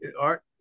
art